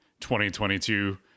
2022